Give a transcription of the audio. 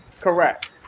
correct